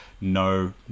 no